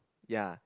ya